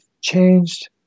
changed